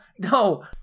no